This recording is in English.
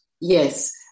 yes